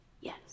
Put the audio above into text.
Yes